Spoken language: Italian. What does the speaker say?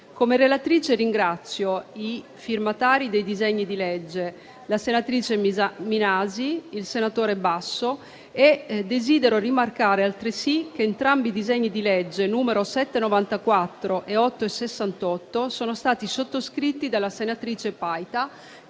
Come relatrice ringrazio i firmatari dei disegni di legge, la senatrice Minasi, il senatore Basso. E desidero rimarcare altresì che entrambi i disegni di legge nn. 794 e 868 sono stati sottoscritti dalla senatrice Paita,